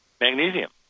magnesium